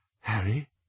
Harry